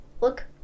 Look